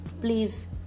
Please